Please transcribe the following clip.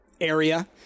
area